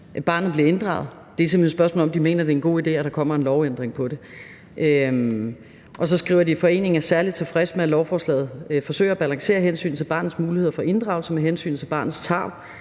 barnet bliver inddraget. Det er simpelt hen et spørgsmål om, at de mener, at det er en god idé, at der kommer en lovændring om det. Og så skriver de: »Foreningen er særligt tilfreds med, at lovforslaget forsøger at balancere hensynet til barnets mulighed for inddragelse med hensynet til barnets tarv,